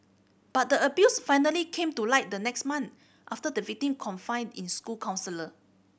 but the abuse finally came to light the next month after the victim confided in school counsellor